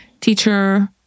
teacher